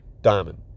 diamond